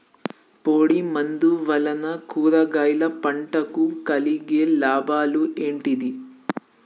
పొడిమందు వలన కూరగాయల పంటకు కలిగే లాభాలు ఏంటిది?